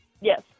Yes